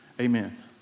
Amen